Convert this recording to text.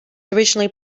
originally